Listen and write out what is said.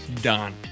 done